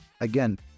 Again